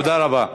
תודה רבה.